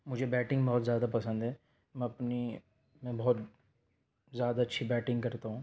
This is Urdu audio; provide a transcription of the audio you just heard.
مجھے بیٹنگ بہت زیادہ پسند ہے میں اپنی میں بہت زیادہ اچھی بیٹنگ کرتا ہوں